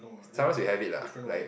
sometimes we have it lah like